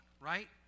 right